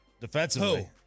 defensively